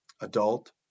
adult